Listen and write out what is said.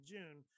June